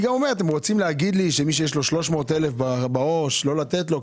רוצים לומר שמי שיש לו 300,000 בעו"ש לא לתת לו?